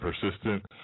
persistent